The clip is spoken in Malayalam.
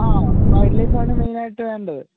ആ വൈൽഡ് ലൈഫാണ് മേയ്നായിട്ട് വേണ്ടത്